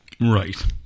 Right